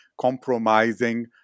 compromising